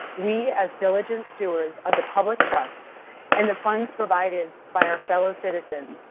we, as diligent stewards of the public trust and the funds provided by our fellow citizens,